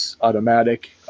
automatic